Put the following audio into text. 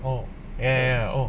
oh ya ya ya oh